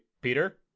Peter